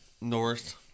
North